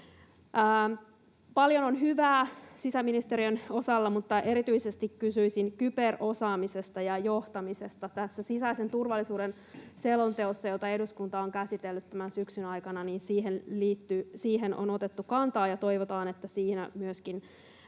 Paljon on hyvää sisäministeriön osalla, mutta erityisesti kysyisin kyberosaamisesta ja ‑johtamisesta. Tässä sisäisen turvallisuuden selonteossa, jota eduskunta on käsitellyt tämän syksyn aikana, siihen on otettu kantaa ja toivotaan, että siinä myöskin